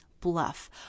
bluff